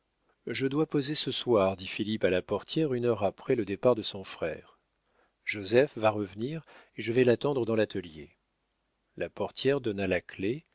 je dois poser ce soir dit philippe à la portière une heure après le départ de son frère joseph va revenir et je vais l'attendre dans l'atelier la portière donna la clef